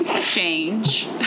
change